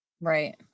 Right